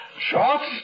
Shots